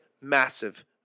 massive